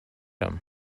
him